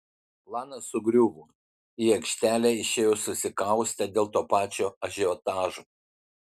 planas sugriuvo į aikštelę išėjo susikaustę dėl to pačio ažiotažo